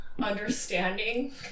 understanding